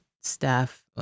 staff